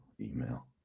Email